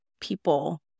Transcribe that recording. people